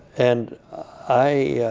and i,